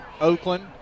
Oakland